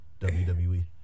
WWE